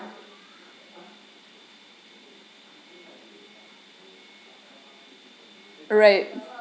right